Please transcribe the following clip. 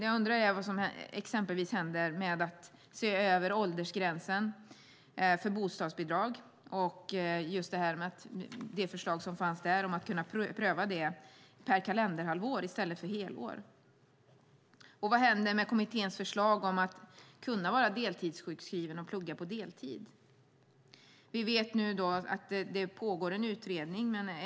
Vad hände till exempel med att se över åldersgränsen för bostadsbidrag? Det fanns ett förslag om att pröva det per kalenderhalvår i stället för helår. Vad hände med kommitténs förslag om att kunna vara deltidssjukskriven och plugga på deltid? Vi vet nu att det pågår en utredning.